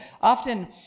Often